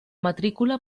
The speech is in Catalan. matrícula